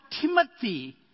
Timothy